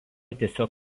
tiesiog